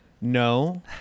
no